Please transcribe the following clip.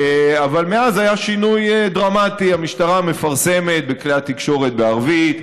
אבל מאז היה שינוי דרמטי: המשטרה מפרסמת בכלי התקשורת בערבית,